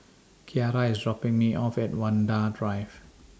Kyara IS dropping Me off At Vanda Drive